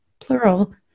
plural